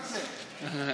מה זה?